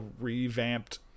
revamped